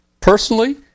personally